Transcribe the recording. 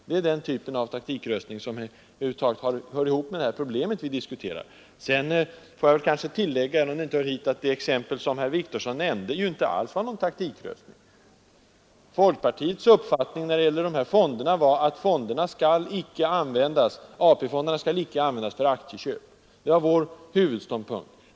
Det är den typen av taktikröstning som hör ihop med det problem vi diskuterar. Sedan får jag kanske tillägga, även om det inte hör hit, att det exempel som herr Wictorsson nämnde inte alls var någon taktikröstning. Folkpartiets uppfattning när det gällde AP-fonderna var att fonderna inte skall användas för aktieköp. Det var vår huvudståndpunkt.